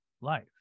life